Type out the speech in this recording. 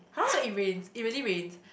so it rains it really rains